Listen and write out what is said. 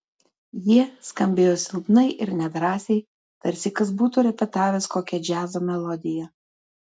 jie skambėjo silpnai ir nedrąsiai tarsi kas būtų repetavęs kokią džiazo melodiją